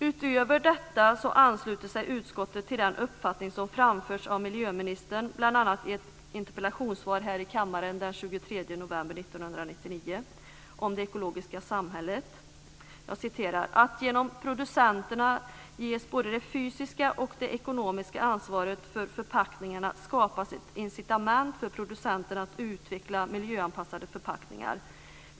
Utöver detta ansluter sig utskottet till den uppfattning som framförts av miljöministern bl.a. i ett interpellationssvar här i kammaren den 23 november 1999 om det ekologiska samhället: "Genom att producenterna ges både det fysiska och det ekonomiska ansvaret för förpackningarna skapas ett incitament för producenterna att utveckla miljöanpassade förpackningar."